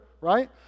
right